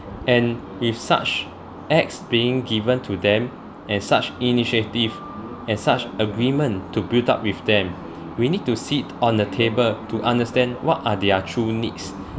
and if such acts being given to them and such initiative and such agreement to build up with them we need to sit on the table to understand what are their true needs